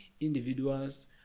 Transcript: individuals